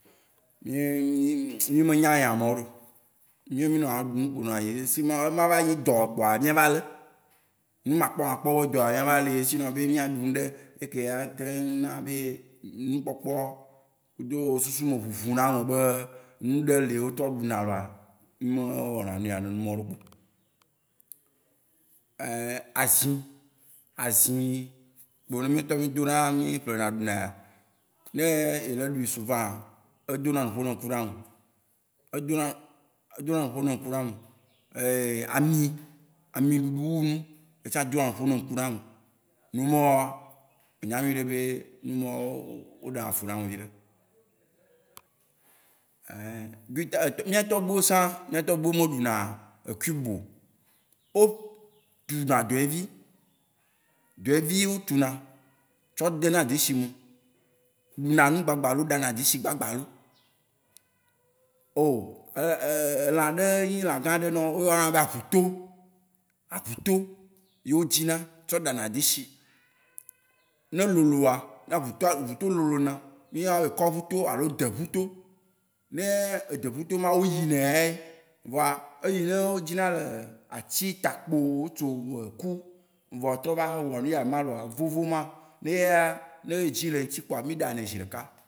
mí me nya nya mawó oo. Míawo mí ŋɔ eɖum kpo nɔna yim yee. Sinon ema ava nyi dɔ kpoa mía ava le. Enu makpɔ makpɔ be dɔa, mía ava lii ye. Sinon be mía ɖu nuɖe eke ye ateŋu na be nukpɔkpɔ kudo susu me ʋuʋu na ame be nuɖe li wó trɔ ɖu na loa, mí me wɔna nuya ne numawó ɖe kpeo azĩ, azĩ kpo ne mía ŋutɔ mí do na, mí ple na ɖu na ya. Ne ele ɖui souvent, edo na nupo na ŋku na ame. Edo na- edo na nupo na ŋku na ame. ami, ami ɖuɖu wu nu, yetsã do na nupo ne ŋku na ame. Numawóa, me nya nyuiɖe be numawó wó ɖe na fu na ame viɖe mía tɔgbui wó sã. mía tɔgbui wó me ɖuna kuibo. Wó ɖuna dewoɛvi. Dewoɛvi wó tsu na, tsɔ dena deshi me, ɖu na nu gbagbalo, ɖa na deshi gbagbalo. elã ɖe nyi lã gã ɖe nawó. Wó yɔ na be aʋuto. Aʋuto ye wó dzi na tsɔ ɖa na deshi. Ne e loloa, ne aʋutoa aʋuto lolo na, mi yɔ na be kɔʋuto alo deʋuto. Ne- edeʋuto ma, wó yiyi na yea ye. Vɔa eyi ne wó dzi na le atsi takpo yi wó tsɔ be ku vɔa trɔ va vovo ma, ne eyea, ne edzi le eŋutsi kpoa, mí ɖa nɛ zeɖeka.